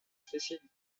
spécialités